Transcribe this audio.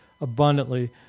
abundantly